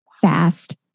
fast